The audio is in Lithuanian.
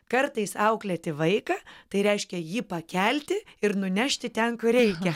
kartais auklėti vaiką tai reiškia jį pakelti ir nunešti ten kur reikia